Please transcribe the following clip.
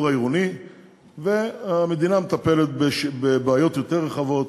העירוני והמדינה מטפלת בבעיות יותר רחבות,